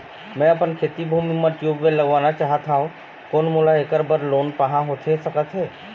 मैं अपन खेती भूमि म ट्यूबवेल लगवाना चाहत हाव, कोन मोला ऐकर बर लोन पाहां होथे सकत हे?